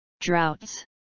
Droughts